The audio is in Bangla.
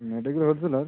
medical wholesaler